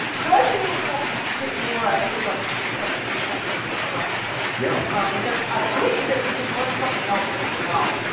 could i say a little bit more actually about the presuppositions of your question, yeah ah because i think that we can learn something else as well.